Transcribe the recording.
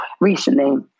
recently